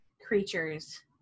creatures